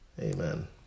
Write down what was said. Amen